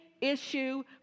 issue